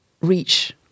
reach